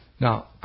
Now